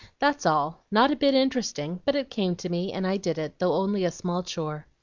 that's all not a bit interesting, but it came to me, and i did it, though only a small chore.